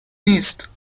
نیست